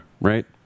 right